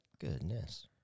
Goodness